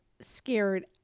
scared